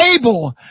able